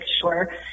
sure